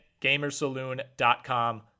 gamersaloon.com